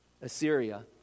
Assyria